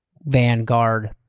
Vanguard